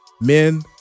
Men